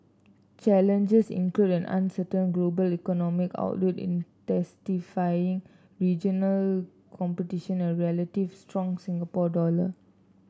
challengers include an uncertain global economic outlook intensifying regional competition and a relatively strong Singapore dollar